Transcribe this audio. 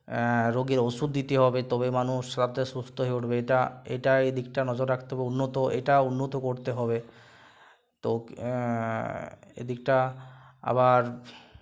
রোগীর ওষুধ দিতে হবে তবে মানুষ স্বত্বর সুস্থ হয়ে উঠবে এতা এইটা এই দিকটা নজর রাখতে হবে উন্নত এটা উন্নত করতে হবে তো এ দিকটা আবার